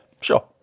sure